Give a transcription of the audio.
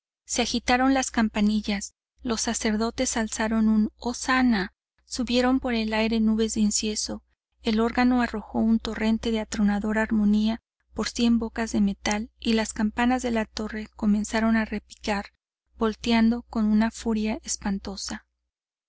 se agitaron las campanillas los sacerdotes alzaron un hosanna subieron por el aire nubes de incienso el órgano arrojó un torrente de atronadora armonía por cien bocas de metal y las campanas de la torre comenzaron a repicar volteando con una furia espantosa